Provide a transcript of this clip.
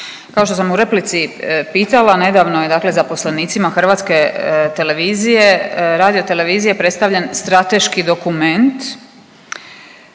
Kao što sam u replici pitala, nedavno je dakle zaposlenicima hrvatske televizije, radio televizije predstavljen strateški dokument